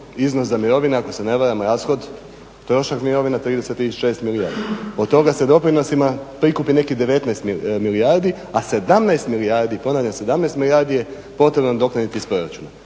iznos za mirovine ako se ne varam rashod, trošak mirovine 36 milijuna. Od toga se doprinosima prikupi nekih 19 milijardi a 17 milijardi, ponavljam 17 milijardi je potrebno nadoknaditi iz proračuna.